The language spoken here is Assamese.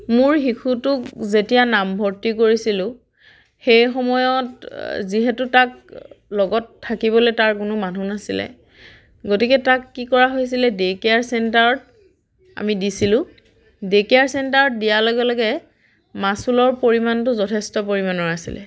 মোৰ শিশুটোক যেতিয়া নামভৰ্তি কৰিছিলোঁ সেই সময়ত যিহেতু তাক লগত থাকিবলে তাৰ কোনো মানুহ নাছিলে গতিকে তাক কি কৰা হৈছিলে ডে' কেয়াৰ চেণ্টাৰত আমি দিছিলোঁ ডে' কেয়াৰ চেণ্টাৰত দিয়াৰ লগে লগে মাচুলৰ পৰিমাণটো যথেষ্ট পৰিমাণৰ আছিলে